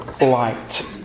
light